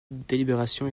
délibération